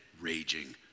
raging